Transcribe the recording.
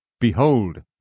Behold